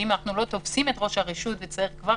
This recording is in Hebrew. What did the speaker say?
שאם אנחנו לא תופסים את ראש הרשות וצריך כבר